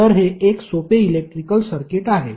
तर हे एक सोपे इलेक्ट्रिकल सर्किट आहे